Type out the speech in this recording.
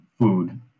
food